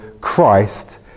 Christ